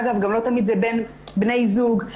גם לא תמיד זה בין בני זוג,